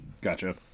Gotcha